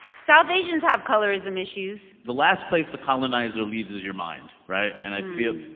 south asians have colorism issues the last place the colonizer leaves is your mind, right? and i feel